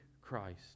Christ